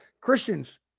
christians